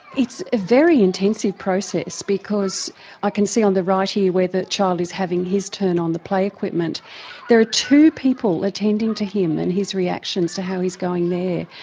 it's a very intensive process because i can see on the right here where the child is having his turn on the play equipment there two people attending to him and his reactions to how he's going there.